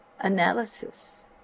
analysis